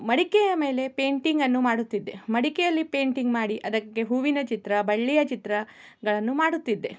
ಮಡಿಕೆಯ ಮೇಲೆ ಪೇಂಟಿಂಗ್ ಅನ್ನು ಮಾಡುತ್ತಿದ್ದೆ ಮಡಿಕೆಯಲ್ಲಿ ಪೇಂಟಿಂಗ್ ಮಾಡಿ ಅದಕ್ಕೆ ಹೂವಿನ ಚಿತ್ರ ಬಳ್ಳಿಯ ಚಿತ್ರ ಗಳನ್ನು ಮಾಡುತ್ತಿದ್ದೆ